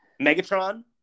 Megatron